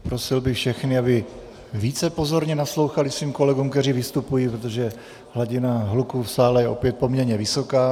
Prosil bych všechny, aby více pozorně naslouchali svým kolegům, kteří vystupují, protože hladina hluku v sále je opět poměrně vysoká.